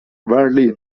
marlene